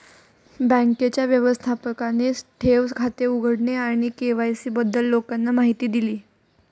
बँकेच्या व्यवस्थापकाने ठेव खाते उघडणे आणि के.वाय.सी बद्दल लोकांना माहिती दिली